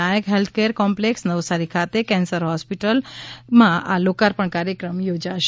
નાયક healthcare complex Navsari ખાતે cancer hospital લોકાર્પણ કાર્યક્રમ યોજાશે